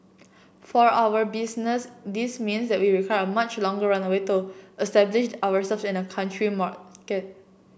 for our business this means that we a much longer runway to establish ourselves in that country market